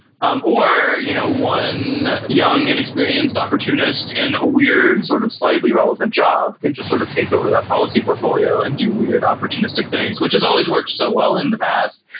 um or you know one young inexperienced opportunist in a weird sort of slightly relevant job can just sort of take over that policy portfolio and do weird opportunistic things which has always worked so well in the past.